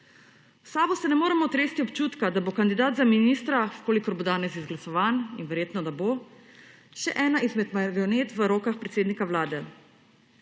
V SAB se ne moremo otresti občutka, da bo kandidat za ministra, v kolikor bo danes izglasovan in verjetno, da bo, še ena izmed marionet v rokah predsednika Vlade.